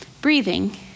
breathing